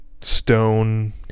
stone